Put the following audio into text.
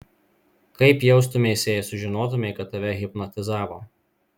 kaip jaustumeisi jei sužinotumei kad tave hipnotizavo